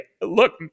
Look